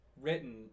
written